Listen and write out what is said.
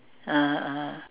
(uh huh) ah